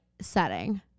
setting